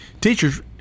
teachers